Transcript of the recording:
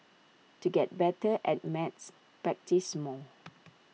to get better at maths practise more